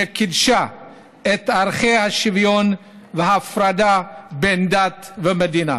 שקידשה את ערכי השוויון וההפרדה בין דת למדינה.